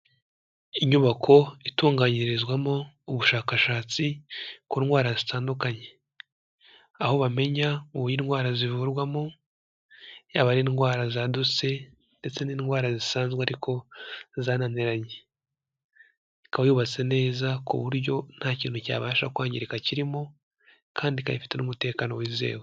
Inyubako itunganyirizwamo ubushakashatsi ku ndwara zitandukanye, aho bamenya uburyo ndwara zivurwamo, yaba ari indwara zaduse ndetse n'indwara zisanzwe ariko zananiranye. Ikaba yuyubatse neza ku buryo nta kintu cyabasha kwangirika kirimo, kandi ikaba ifite n'umutekano wizewe.